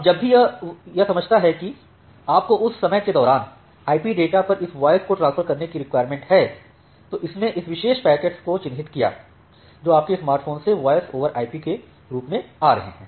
अब जब भी यह समझता है कि आपको उस समय के दौरान आईपी डेटा पर इस वॉयस को ट्रांसफर करने की रिक्वायरमेंट है तो इसने इस विशेष पैकेट्स को चिह्नित किया जो आपके स्मार्टफोन से वॉयस ओवर आईपी डेटा के रूप में आ रहे हैं